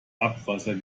abwasser